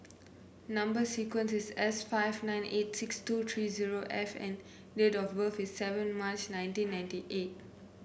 number sequence is S five nine eight six two three zero F and date of birth is seven March nineteen ninety eight